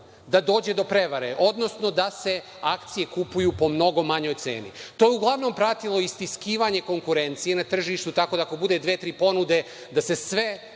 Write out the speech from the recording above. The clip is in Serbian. da dođe do prevare, odnosno da se akcije kupuju po mnogo manjoj ceni. To je uglavnom pratilo istiskivanje konkurencije na tržištu, tako da ako bude dve-tri ponude, da se sve